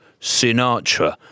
Sinatra